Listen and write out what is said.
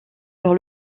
sur